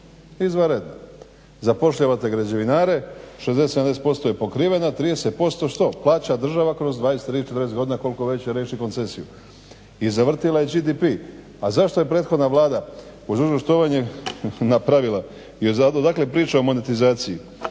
Izvanredna. Zapošljavate građevinare, 60, 70% je pokrivena, 30% što? Plaća država kroz 20, 30, 40 godina koliko već će riješit koncesiju. I zavrtila je GDP, a zašto je prethodna Vlada uz dužno štovanje napravila, dakle priča o monetizaciji.